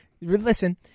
Listen